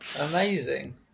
Amazing